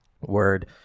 Word